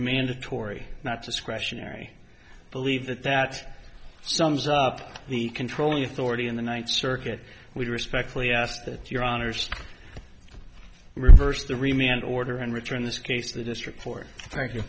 mandatory not discretionary believe that that sums up the controlling authority in the one circuit we respectfully ask that your honors reversed the remain an order and return this case the district for thank you